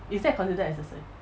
is that considered as a sur~